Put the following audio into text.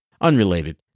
unrelated